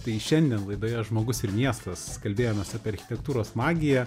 tai šiandien laidoje žmogus ir miestas kalbėjomės apie architektūros magiją